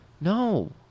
No